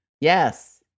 yes